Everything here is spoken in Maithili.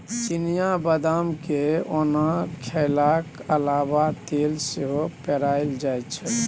चिनियाँ बदाम केँ ओना खेलाक अलाबा तेल सेहो पेराएल जाइ छै